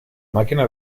máquina